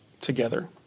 together